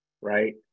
right